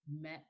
met